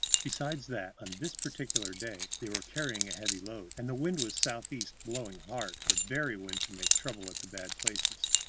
besides that, on this particular day they were carrying a heavy load, and the wind was southeast, blowing hard the very wind to make trouble at the bad places.